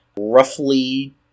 roughly